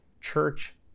church